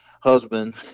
husband